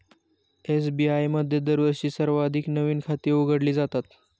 SBI मध्ये दरवर्षी सर्वाधिक नवीन खाती उघडली जातात